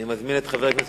אני מזמין את חבר הכנסת